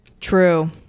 True